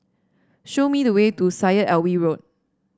show me the way to Syed Alwi Road